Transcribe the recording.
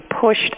pushed